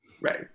Right